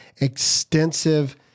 extensive